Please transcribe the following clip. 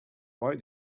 why